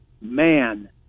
man